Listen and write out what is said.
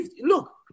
look